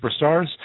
superstars